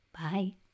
Bye